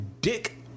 Dick